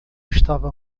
estava